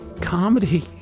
comedy